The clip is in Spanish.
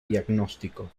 diagnóstico